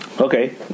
Okay